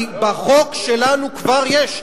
כי בחוק שלנו כבר יש.